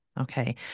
Okay